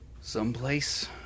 Someplace